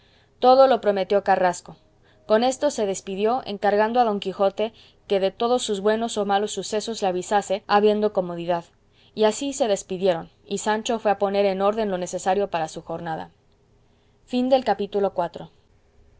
todo lo prometió carrasco con esto se despidió encargando a don quijote que de todos sus buenos o malos sucesos le avisase habiendo comodidad y así se despidieron y sancho fue a poner en orden lo necesario para su jornada capítulo